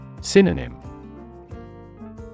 Synonym